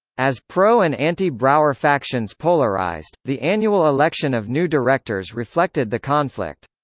as pro and anti-brower factions polarized, the annual election of new directors reflected the conflict.